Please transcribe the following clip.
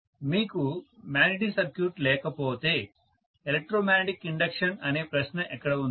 professor మీకు magnetic circuit లేకపోతే electromagnetic induction అనే ప్రశ్న ఎక్కడ ఉంది